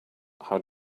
how